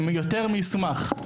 אני יותר מאשמח.